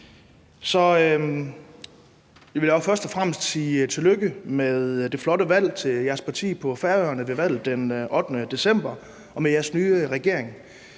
Jeg vil først og fremmest sige tillykke med det flotte valg for jeres parti på Færøerne den 8. december og med jeres nye regering.